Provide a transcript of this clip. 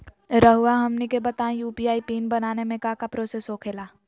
रहुआ हमनी के बताएं यू.पी.आई पिन बनाने में काका प्रोसेस हो खेला?